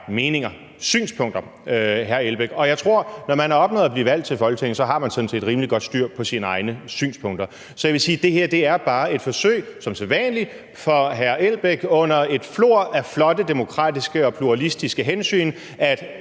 meninger, synspunkter, hr. Uffe Elbæk. Og jeg tror, at når man har opnået at blive valgt til Folketinget, har man sådan set rimelig godt styr på sine egne synspunkter. Så jeg vil sige, at det her bare – som sædvanlig – et forsøg fra hr. Uffe Elbæk på at fremme sin egen sag under et flor af flotte demokratiske og pluralistiske hensyn.